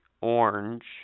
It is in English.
orange